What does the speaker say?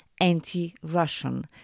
anti-Russian